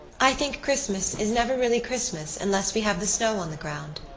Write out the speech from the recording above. i think christmas is never really christmas unless we have the snow on the ground.